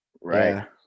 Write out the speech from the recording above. Right